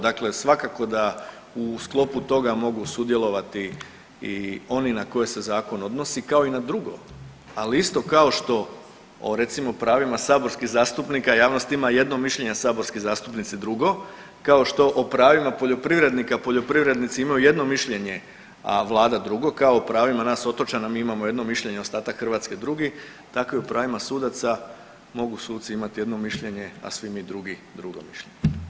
Dakle, svakako da u sklopu toga mogu sudjelovati i oni na koje se zakon odnosi kao i na drugo, ali isto kao što recimo o pravima saborskih zastupnika javnost ima jedno mišljenje, a saborski zastupnici drugo, kao što o pravima poljoprivrednika, poljoprivrednici imaju jedno mišljenje, a vlada drugo, kao o pravima nas otočana, mi imamo jedno mišljenje, a ostatak Hrvatske drugi, tako i u pravima sudaca mogu suci imati jedno mišljenje, a svi mi drugi drugo mišljenje.